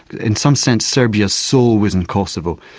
in some sense serbia's soul was in kosovo,